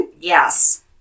Yes